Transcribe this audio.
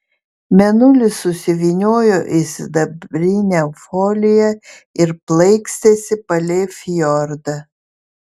mėnulis susivyniojo į sidabrinę foliją ir plaikstėsi palei fjordą